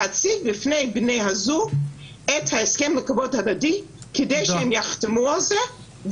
להציג בפני בני הזוג את ההסכם לכבוד הדדי כדי שהם יחתמו על זה,